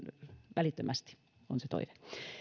välittömästi on se toive